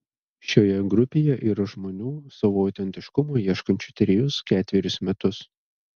šioje grupėje yra žmonių savo autentiškumo ieškančių trejus ketverius metus